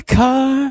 car